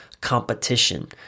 competition